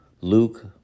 Luke